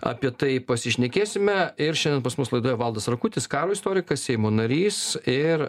apie tai pasišnekėsime ir šiandien pas mus laidoje valdas rakutis karo istorikas seimo narys ir